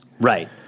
Right